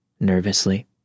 Nervously